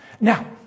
Now